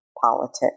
politics